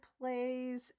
plays